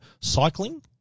cycling